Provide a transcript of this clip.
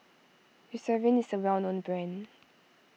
Eucerin is a well known brand